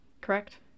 Correct